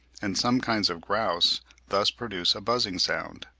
and some kinds of grouse thus produce a buzzing sound.